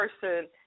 person